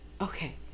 Okay